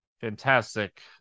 fantastic